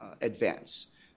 advance